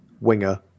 winger